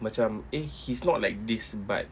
macam eh he's not like this but